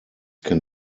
can